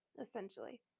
essentially